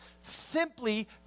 simply